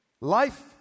Life